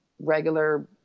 regular